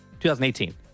2018